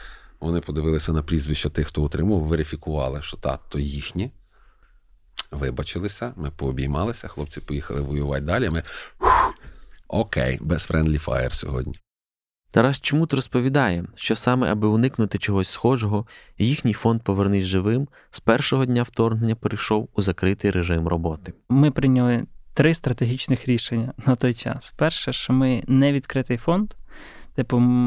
Вони подивилися на прізвища тих, хто отримав, верифікували, що та, то їхні. Вибачилися, ми пообіймалися, хлопці поїхали воювати далі, а ми, фух, окей, без friendly fire сьогодні. Тарас Чмут розповідає, що саме аби уникнути чогось схожого, їхній фонд «Повернись живим» з першого дня вторгнення перейшов у закритий режим роботи. Ми прийняли три стратегічних рішення на той час. Перше, що ми не відкритий фонд, типу,